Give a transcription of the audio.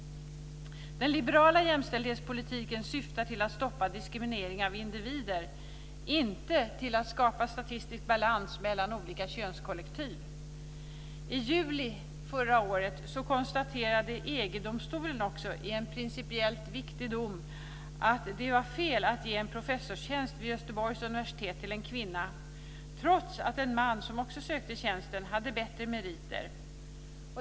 Den liberala jämställdhetspolitiken syftar till att stoppa diskriminering av individer, inte till att skapa statistik balans mellan olika könskollektiv. I juli förra året konstaterade EG-domstolen också i en principiellt viktig dom att det var fel att ge en professorstjänst vid Göteborgs universitet till en kvinna trots att en man som också sökte tjänsten hade bättre meriter.